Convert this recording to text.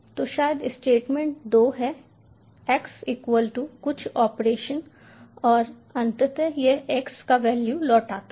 तो शायद स्टेटमेंट 2 है x इक्वल टू कुछ ऑपरेशन और अंततः यह x का वैल्यू लौटाता है